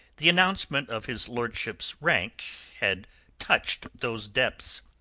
the announcement of his lordship's rank had touched those depths.